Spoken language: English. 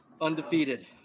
undefeated